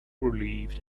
relieved